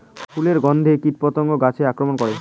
ফুলের গণ্ধে কীটপতঙ্গ গাছে আক্রমণ করে?